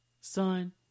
son